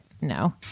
no